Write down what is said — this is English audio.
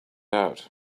out